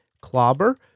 clobber